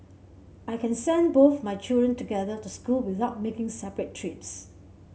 I can send both my children together to school without making separate trips